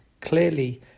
Clearly